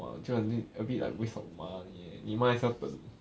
!wah! 就好像 need a bit like waste of money leh 你 must as well 等